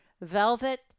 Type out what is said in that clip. velvet